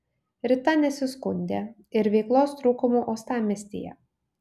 rita nesiskundė ir veiklos trūkumu uostamiestyje